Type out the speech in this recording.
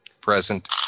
present